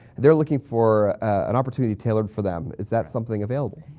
they're looking for an opportunity tailored for them. is that something available?